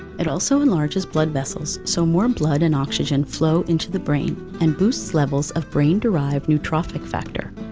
it also enlarges blood vessels so more blood and oxygen flow into the brain and boosts levels of brain derived neurotrophic factor,